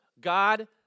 God